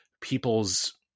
people's